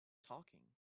talking